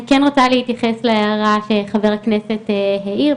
אני כן רוצה להתייחס להערה שחבר הכנסת העיר.